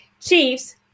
chiefs